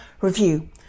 review